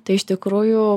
tai iš tikrųjų